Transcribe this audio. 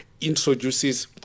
introduces